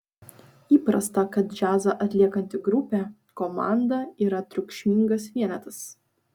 įprasta kad džiazą atliekanti grupė komanda yra triukšmingas vienetas